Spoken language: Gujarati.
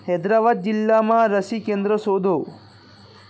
હૈદરાબાદ જિલ્લામાં રસી કેન્દ્ર શોધો